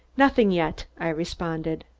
nothing yet, i responded.